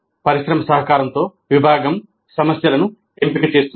పరిశ్రమ సహకారంతో విభాగం సమస్యలను ఎంపిక చేస్తుంది